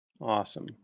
Awesome